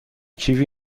کیوی